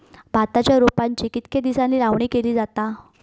भाताच्या रोपांची कितके दिसांनी लावणी केली जाता?